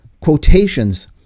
quotations